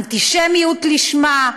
אנטישמיות לשמה.